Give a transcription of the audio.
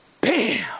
bam